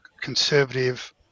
conservative